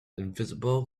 invisible